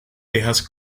tejas